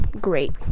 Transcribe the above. great